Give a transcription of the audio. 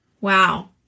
Wow